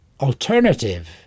alternative